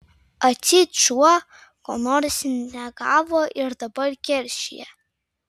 atseit šuo ko nors negavo ir dabar keršija